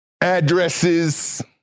addresses